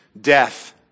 death